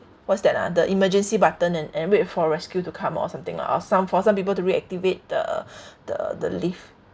what's that ah the emergency button and and wait for rescue to come or something or some for some people to reactivate the the the lift